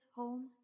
home